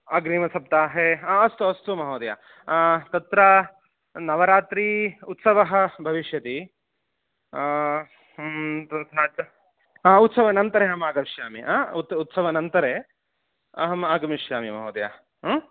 अग्रिमसप्ताहे अस्तु अस्तु महोदय तत्र नवरात्र्युत्सवः भविष्यति तथा च हा उत्सवनन्तरे अहमागमिष्यामि हा उत उत्सवानन्तरम् अहम् आगमिष्यामि महोदय ह